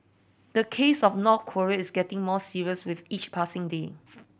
the case of North Korea is getting more serious with each passing day